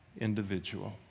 individual